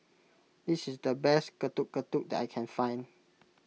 this is the best Getuk Getuk that I can find